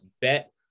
bet